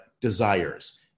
desires